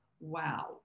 Wow